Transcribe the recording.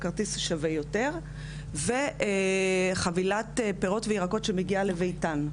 הכרטיס שווה יותר וחבילת פירות וירקות שמגיע לביתם.